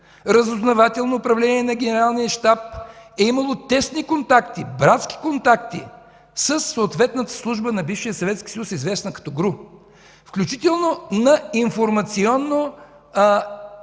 разузнавателното управление на Генералния щаб е имало тесни контакти, братски контакти със съответната служба на бившия Съветски съюз, известна като ГРУ, включително на информационно-осигурително